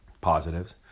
positives